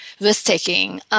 risk-taking